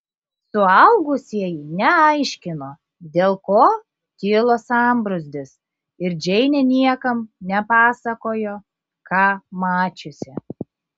suaugusieji neaiškino dėl ko kilo sambrūzdis ir džeinė niekam nepasakojo ką mačiusi